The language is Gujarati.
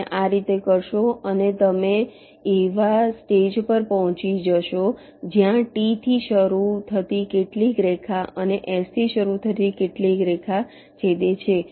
તમે આ રીતે કરશો અને તમે એવા સ્ટેજ પર પહોંચી જશો જ્યાં T થી શરૂ થતી કેટલીક રેખા અને S થી શરૂ થતી કેટલીક રેખા છેદે છે